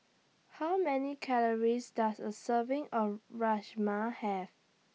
How Many Calories Does A Serving of Rajma Have